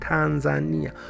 Tanzania